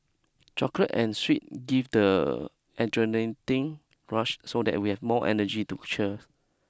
chocolate and sweet give the rush so that we have more energy to cheer